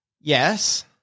Yes